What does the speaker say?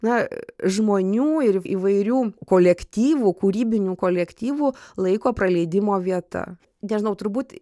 na žmonių ir įvairių kolektyvų kūrybinių kolektyvų laiko praleidimo vieta nežinau turbūt